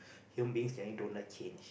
human beings generally don't like change